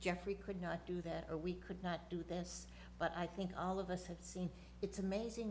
geoffrey could not do that or we could not do this but i think all of us had seen it's amazing